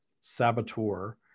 saboteur